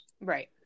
Right